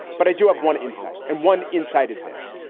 but i do have one insight and one insight is this.